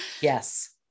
Yes